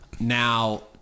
Now